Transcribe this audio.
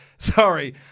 Sorry